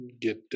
get